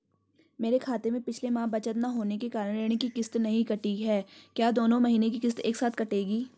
मेरे खाते में पिछले माह बचत न होने के कारण ऋण की किश्त नहीं कटी है क्या दोनों महीने की किश्त एक साथ कटेगी?